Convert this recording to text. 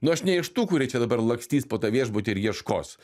nu aš ne iš tų kurie čia dabar lakstys po tą viešbutį ir ieškos